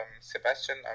sebastian